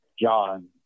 John